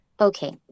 Okay